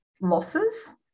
losses